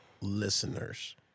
listeners